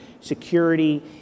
security